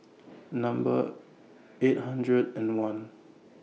Number eight hundred and one